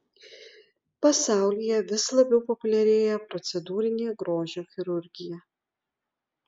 pasaulyje vis labiau populiarėja procedūrinė grožio chirurgija